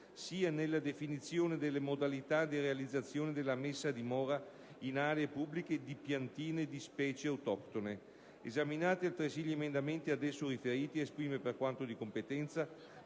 sia nella definizione della modalità di realizzazione della messa a dimora in aree pubbliche di piantine di specie autoctone. Esaminati altresì gli emendamenti ad esso riferiti, esprime, per quanto di competenza,